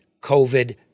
COVID